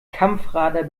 kampfradler